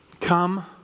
Come